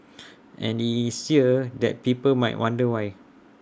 and IT is here that people might wonder why